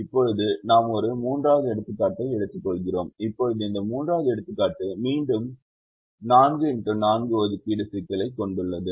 இப்போது நாம் ஒரு 3 வது எடுத்துக்காட்டை எடுத்துக்கொள்கிறோம் இப்போது இந்த மூன்றாவது எடுத்துக்காட்டு மீண்டும் 4 x 4 ஒதுக்கீட்டு சிக்கலைக் கொண்டுள்ளது